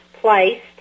placed